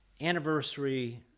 anniversary